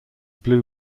blue